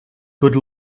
good